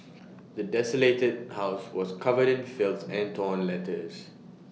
the desolated house was covered in filth and torn letters